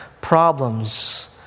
problems